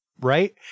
right